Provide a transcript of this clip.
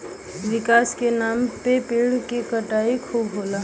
विकास के नाम पे वृक्ष के कटाई खूब होला